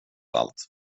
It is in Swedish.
allt